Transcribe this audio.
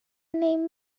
name